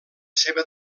seva